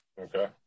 Okay